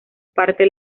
parte